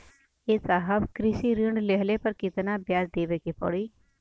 ए साहब कृषि ऋण लेहले पर कितना ब्याज देवे पणी?